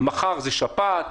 מחר זה שפעת,